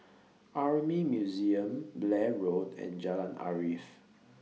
Army Museum Blair Road and Jalan Arif